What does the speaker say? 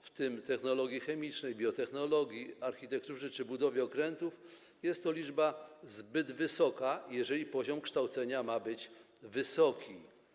w tym technologii chemicznej, biotechnologii, architekturze czy budowie okrętów, jest to liczba zbyt wysoka, jeżeli poziom kształcenia ma być wysoki.